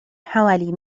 حوالي